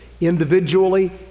individually